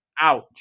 Ouch